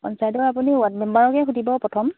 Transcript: পঞ্চায়তৰ আপুনি ৱাৰ্ড মেম্বাৰকে সুধিব প্ৰথম